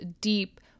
deep